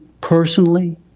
personally